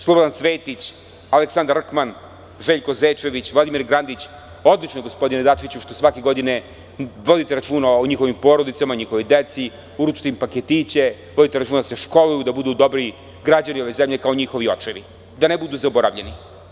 Slobodan Cvetić, Aleksandar Rkman, Željko Zečević, Vladimir Gradić, odlično je gospodine Dačiću što svake godine vodite računa o njihovim porodicama, njihovoj deci, uručite im paketiće, vodite računa da se školuju, da budu dobri građani ove zemlje kao i njihovi očevi i da ne budu zaboravljeni.